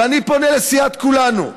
ואני פונה לסיעת כולנו,